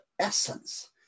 essence